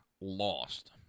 lost